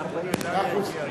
מאה אחוז.